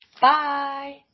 Bye